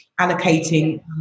allocating